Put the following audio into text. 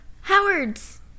howards